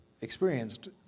experienced